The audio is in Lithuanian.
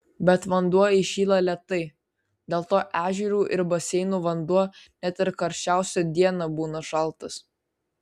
bet vanduo įšyla lėtai dėl to ežerų ir baseinų vanduo net ir karščiausią dieną būna šaltas